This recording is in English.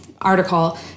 article